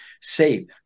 safe